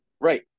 Right